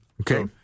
Okay